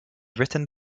written